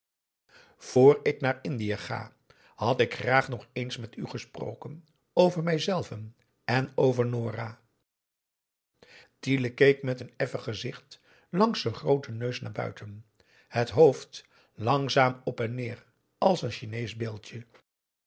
voor ik naar indië ga had ik graag nog eens met u gesproken over mijzelven en over nora tiele keek met een effen gezicht langs z'n grooten neus naar buiten het hoofd langzaam op en neer als n chineesch beeldje